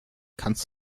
kannst